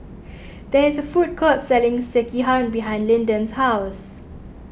there is a food court selling Sekihan behind Linden's house